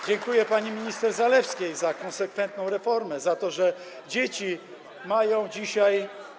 Dziękuję pani minister Zalewskiej za konsekwentną reformę, za to, że dzieci mają dzisiaj.